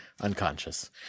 unconscious